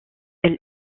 elle